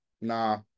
nah